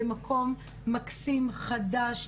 זה מקום מקסים, חדש,